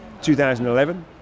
2011